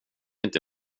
inte